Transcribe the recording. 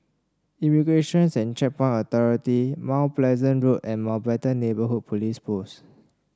Immigration's and Checkpoint Authority Mount Pleasant Road and Mountbatten Neighbourhood Police Post